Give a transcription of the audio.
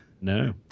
No